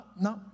no